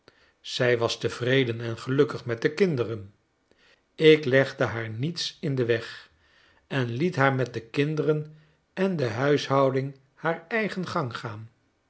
zij was tevreden en gelukkig met de kinderen ik legde haar niets in den weg en liet haar met de kinderen en de huishouding haar eigen gang gaan